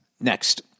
next